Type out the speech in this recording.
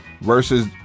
versus